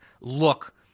look